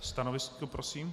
Stanovisko prosím.